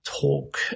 talk